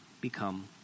become